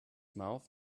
mouths